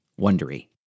Wondery